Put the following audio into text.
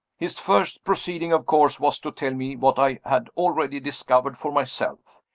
his first proceeding, of course, was to tell me what i had already discovered for myself.